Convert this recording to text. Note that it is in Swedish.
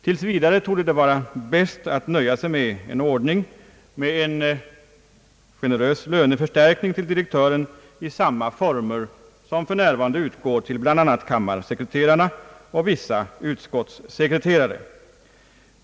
Tills vidare torde det vara bäst att nöja sig med en ordning med generös löneförstärkning till direktören i samma former, som för närvarande gäller för bl.a. kammarsekreterarna och vissa utskottssekreterare.